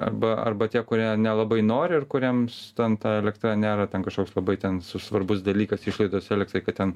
arba arba tie kurie nelabai nori ir kuriems ten ta elektra nėra ten kažkoks labai ten svarbus dalykas išlaidos elektrai kad ten